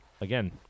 again